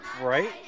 Right